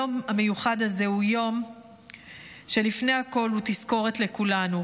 היום המיוחד הזה הוא יום שלפני הכול הוא תזכורת לכולנו.